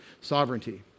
sovereignty